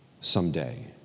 someday